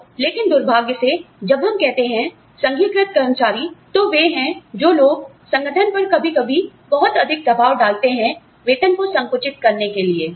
तो लेकिन दुर्भाग्य से जब हम कहते हैं संघीकृत कर्मचारी तो वे हैं जो लोगसंगठन पर कभी कभी बहुत अधिक दबाव डालते हैं वेतन को संकुचित करने के लिए